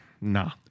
nah